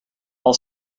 all